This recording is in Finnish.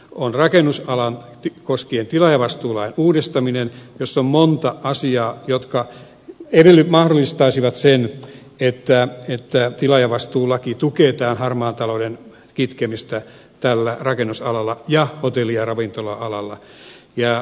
on rakennusalaa koskien tilaajavastuulain uudistaminen jossa on monta asiaa jotka mahdollistaisivat sen että tilaajavastuulaki tukee tämän harmaan talouden kitkemistä tällä rakennusalalla ja hotelli ja ravintola alalla